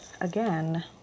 again